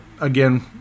again